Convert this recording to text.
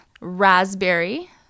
raspberry